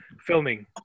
filming